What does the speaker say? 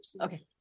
Okay